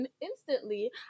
instantly